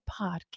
podcast